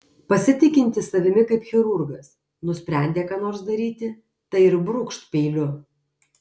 pasitikintis savimi kaip chirurgas nusprendė ką nors daryti tai ir brūkšt peiliu